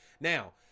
Now